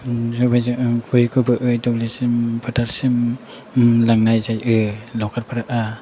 सबायजों खुबै खुबैयै दुब्लियसिम फोथारसिम लांनाय जायो लावखारफोरा